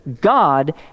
God